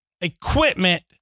equipment